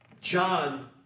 John